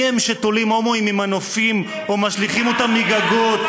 מי הם שתולים הומואים ממנופים או משליכים אותם מהגגות?